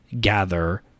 gather